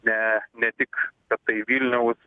ne ne tik kad tai vilniaus